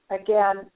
Again